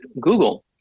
Google